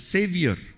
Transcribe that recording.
Savior